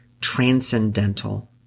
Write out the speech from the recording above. transcendental